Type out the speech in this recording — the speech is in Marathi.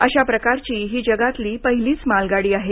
आशा प्रकारची ही जगातली पहिलीच मालगाडी आहे